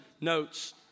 notes